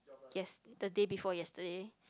yes the day before yesterday